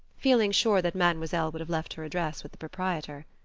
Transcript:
feeling sure that mademoiselle would have left her address with the proprietor.